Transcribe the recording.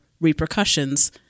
repercussions